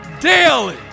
daily